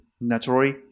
naturally